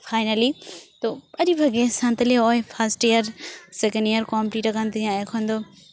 finally ᱟᱹᱰᱤ ᱵᱷᱟᱜᱮ ᱥᱟᱱᱛᱟᱞᱤ ᱱᱚᱜᱼᱚᱭ first year second year complete ᱟᱠᱟᱱ ᱛᱤᱧᱟ ᱮᱠᱷᱚᱱ ᱫᱚ